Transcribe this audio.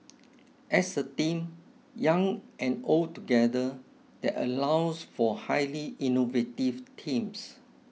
as a team young and old together that allows for highly innovative teams